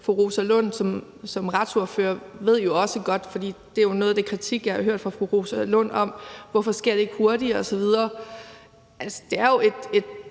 fru Rosa Lund som retsordfører også godt ved det, for det er jo noget af den kritik, jeg har hørt fra fru Rosa Lund, om, at det ikke sker hurtigere osv. Altså, det er jo et